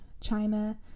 China